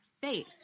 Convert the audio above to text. face